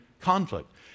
conflict